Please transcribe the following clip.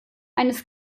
eines